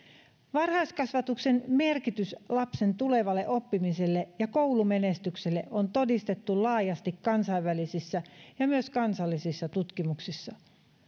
varhaiskasvatuksen merkitys lapsen tulevalle oppimiselle ja koulumenestykselle on todistettu laajasti kansainvälisissä ja myös kansallisissa tutkimuksissa